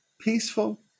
peaceful